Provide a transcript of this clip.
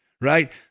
right